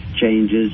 changes